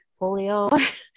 polio